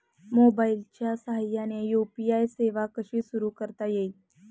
मोबाईलच्या साहाय्याने यू.पी.आय सेवा कशी सुरू करता येईल?